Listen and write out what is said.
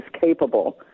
capable